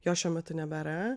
jo šiuo metu nebėra